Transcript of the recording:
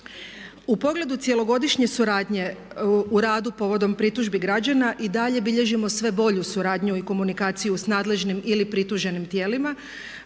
U pogledu cjelogodišnje suradnje u radu povodom pritužbi građana i dalje bilježimo sve bolju suradnju i komunikaciju s nadležnim ili prituženim tijelima